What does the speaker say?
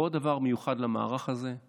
עוד דבר מיוחד למערך הזה: